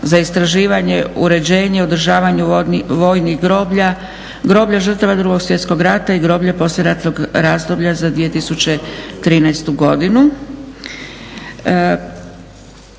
za istraživanje, uređenje i održavanje vojnih groblja, groblja žrtava Drugog svjetskog rata i groblja poslijeratnog razdoblja za 2013. godinu